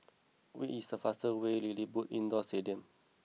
what is the fastest way to LilliPutt Indoor stadium